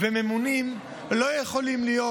וממונים לא יכולים להיות